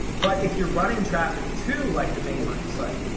but if you're running traffic to like the main money site,